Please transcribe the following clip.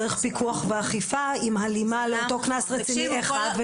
צריך פיקוח ואכיפה עם הלימה לאותו קנס רציני אחד.